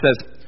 says